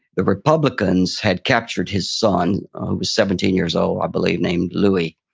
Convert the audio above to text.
the republicans had captured his son, he was seventeen years old, i believe, named louis.